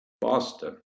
Boston